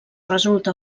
resulta